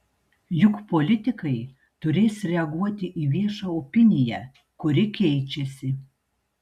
juk politikai turės reaguoti į viešą opiniją kuri keičiasi